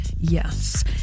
yes